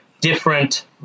different